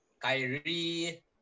Kyrie